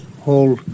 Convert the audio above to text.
whole